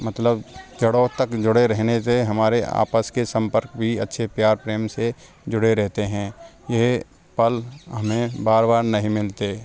मतलब जड़ों तक जुड़े रहने से हमारे आपस के संपर्क भी अच्छे प्यार प्रेम से जुड़े रहते हैं ये पल हमें बार बार नहीं मिलते